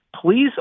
please